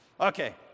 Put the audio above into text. Okay